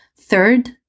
Third